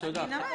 אני אנמק.